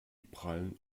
prahlen